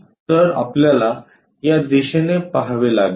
तर आपल्याला या दिशेने पहावे लागेल